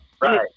Right